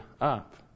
up